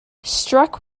struck